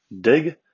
Dig